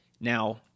Now